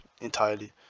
entirely